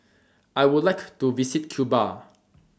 I Would like to visit Cuba